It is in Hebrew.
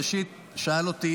ראשית, שאל אותי